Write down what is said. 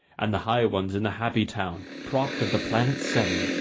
and the high ones in the happy town propped of the planets seven,